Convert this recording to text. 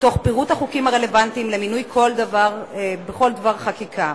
תוך פירוט החוקים הרלוונטיים למינוי בכל דבר חקיקה.